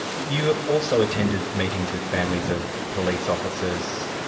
you also attended meetings with families of police officers,